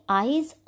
eyes